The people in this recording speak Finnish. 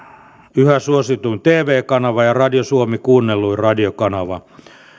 yhä suosituin tv kanava ja radio suomi kuunnelluin radiokanava